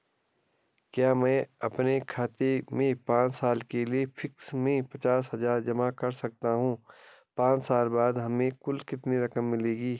क्या मैं अपने खाते में पांच साल के लिए फिक्स में पचास हज़ार जमा कर सकता हूँ पांच साल बाद हमें कुल कितनी रकम मिलेगी?